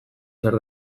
zer